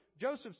Joseph